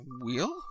Wheel